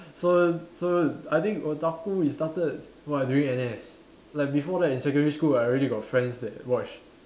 so so I think otaku is started while I doing N_S like before that in secondary school I already got friends that watch